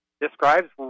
describes